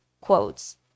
quotes